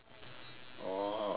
oh okay let's sing